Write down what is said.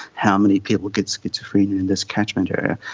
how many people get schizophrenia in this catchment area.